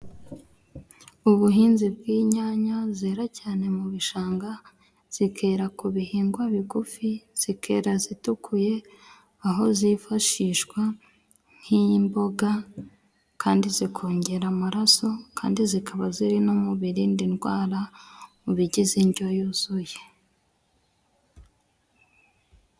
Ubuhinzi bw'inyanya zera cyane mu bishanga, zikera ku bihingwa bigufi, zikera zitukuye aho zifashishwa nk'imboga kandi zikongera amaraso kandi zikaba ziri no mu birinda indwara mu bigize indyo yuzuye.